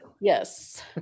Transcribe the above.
Yes